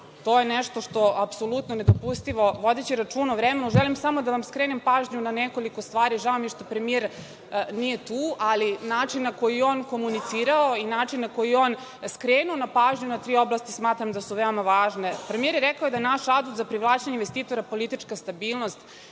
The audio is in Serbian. to je nešto što je apsolutno nedopustivo. Vodeći računa o vremenu, želim samo da vam skrenem pažnju na nekoliko stvari, žao mi je što premijer nije tu, ali način na koji je on komunicirao i način na koji je on skrenuo pažnju na tri oblasti, smatram da su veoma važne. Premijer je rekao da je naš adut za privlačenje investitora politička stabilnost,